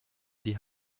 die